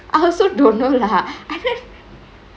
I also don't know lah